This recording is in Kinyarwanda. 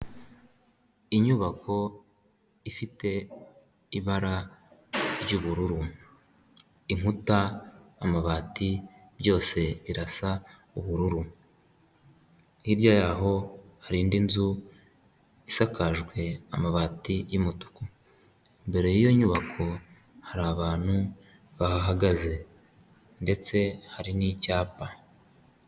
Inyubako ifite ibara ry'ubururu inkuta, amabati byose birasa ubururu. Hirya yaho hari indi nzu isakajwe amabati y'umutuku imbere yiyo nyubako hari abantu bahagaze ndetse hari n'icyapa.